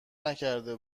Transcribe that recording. نکرده